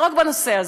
לא רק בנושא הזה,